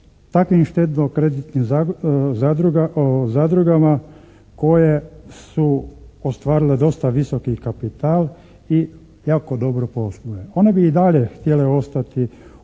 takvim štedno-kreditnim zadrugama koje su ostvarile dosta visoki kapital i jako dobro posluje. One bi i dalje htjele ostati